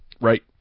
Right